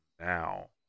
Now